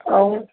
हा